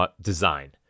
design